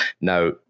Now